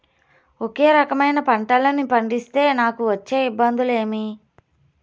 ఒకే రకమైన పంటలని పండిస్తే నాకు వచ్చే ఇబ్బందులు ఏమి?